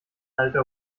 alter